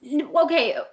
Okay